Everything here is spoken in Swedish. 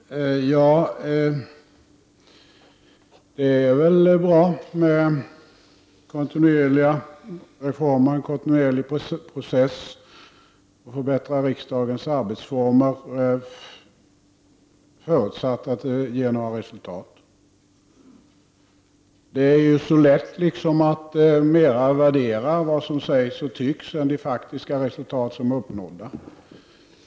Herr talman! Det är väl bra med kontinuerliga reformer och en kontinuerlig process för att förbättra riksdagens arbetsformer, förutsatt att det ger några resultat. Det är ju så lätt att mera värdera vad som sägs och tycks än det faktiska resultat som uppnås.